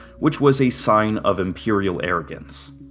which was a sign of imperial arrogance.